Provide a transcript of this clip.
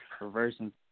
reversing